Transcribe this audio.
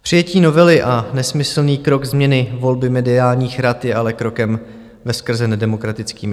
Přijetí novely a nesmyslný krok změny volby mediálních rad je ale krokem veskrze nedemokratickým.